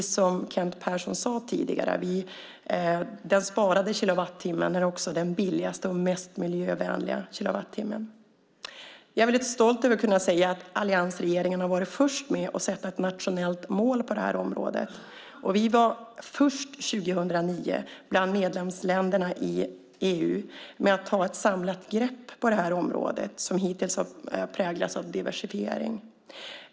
Som Kent Persson sade tidigare är den sparade kilowattimmen också den billigaste och mest miljövänliga kilowattimmen. Jag är stolt över att kunna säga att alliansregeringen har varit först med att sätta ett nationellt mål på det här området. År 2009 var vi först bland medlemsländerna i EU med att ta ett samlat grepp om detta område, som hittills präglats av diversifiering.